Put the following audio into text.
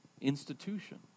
institution